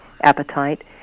appetite